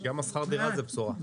גם שכר הדירה זה בשורה.